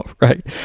right